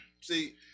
See